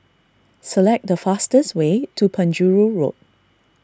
select the fastest way to Penjuru Road